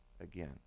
again